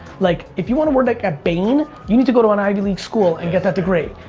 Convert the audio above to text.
like, if you wanna work like a bain, you need to go to an ivy league school and get that degree.